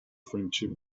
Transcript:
friendship